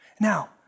Now